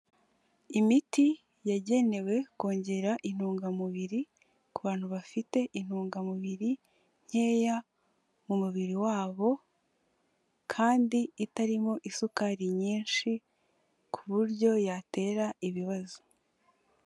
Imiti yagenewe kongera intungamubiri ku bantu bafite intungamubiri nkeya mu mubiri wabo, kandi itarimo isukari nyinshi ku buryo yatera ibibazo.